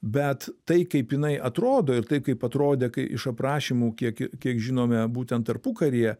bet tai kaip jinai atrodo ir taip kaip atrodė kai iš aprašymų kiek kiek žinome būtent tarpukaryje